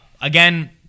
Again